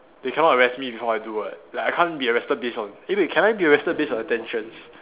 they cannot arrest me before I do [what] like I can't be arrested based on eh wait can I be arrested based on attention